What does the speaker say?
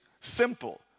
simple